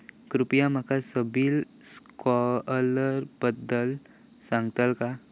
कृपया माका सिबिल स्कोअरबद्दल सांगताल का?